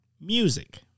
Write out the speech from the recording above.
Music